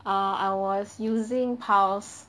err I was using pulse